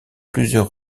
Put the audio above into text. plusieurs